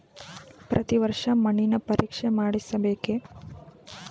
ಪ್ರತಿ ವರ್ಷ ಮಣ್ಣಿನ ಪರೀಕ್ಷೆ ಮಾಡಿಸಬೇಕೇ?